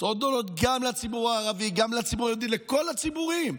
גם לציבור הערבי, גם לציבור היהודי, לכל הציבורים.